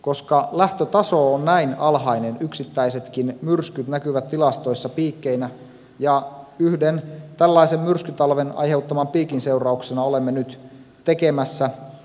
koska lähtötaso on näin alhainen yksittäisetkin myrskyt näkyvät tilastoissa piikkeinä ja yhden tällaisen myrskytalven aiheuttaman piikin seurauksena olemme nyt tekemässä suuria ratkaisuja